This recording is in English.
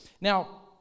Now